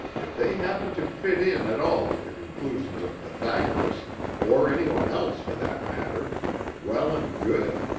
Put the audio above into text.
if they happen to fit in at all with the conclusions of pythagoras or anyone else, for that matter well and good.